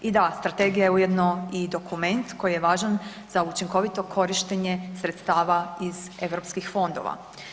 I da, strategija je ujedno i dokument koji je važan za učinkovito korištenje sredstava iz europskih fondova.